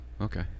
okay